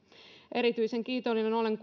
erityisen kiitollinen olen